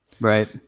right